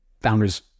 founders